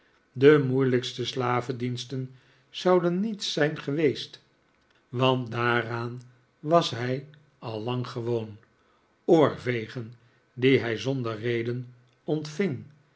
de moeilijkste slavendiensten zouden niets zijn geweest want daaraan was hij al lang gewoon oorvegen die hij zonder reden ontving